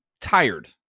tired